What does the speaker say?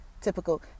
typical